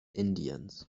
indiens